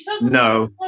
No